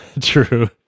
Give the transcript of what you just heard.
True